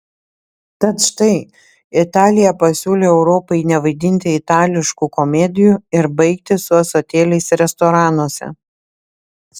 tad štai italija pasiūlė europai nevaidinti itališkų komedijų ir baigti su ąsotėliais restoranuose